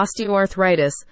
osteoarthritis